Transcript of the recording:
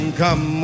come